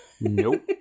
Nope